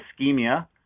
ischemia